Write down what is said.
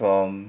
from